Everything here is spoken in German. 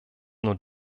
nur